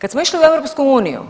Kad smo išli u EU